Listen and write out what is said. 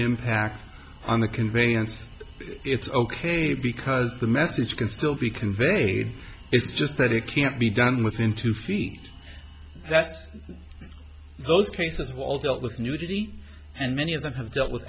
impact on the conveyance it's ok because the message can still be conveyed it's just that it can't be done within two feet that's those cases were all dealt with nudity and many of them have dealt with